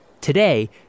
Today